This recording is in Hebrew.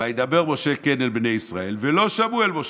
"וידבר משה כן אל בני ישראל ולא שמעו אל משה",